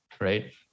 right